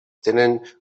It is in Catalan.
tenen